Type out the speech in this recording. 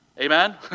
Amen